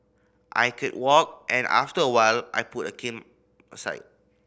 I could walk and after a while I put a cane aside